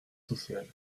social